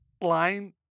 Line